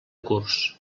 curs